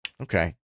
Okay